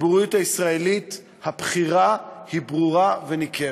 בציבוריות הישראלית הבחירה היא ברורה וניכרת.